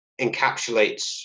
encapsulates